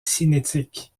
cinétique